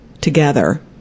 together